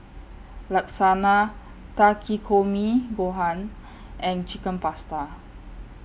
Lasagne Takikomi Gohan and Chicken Pasta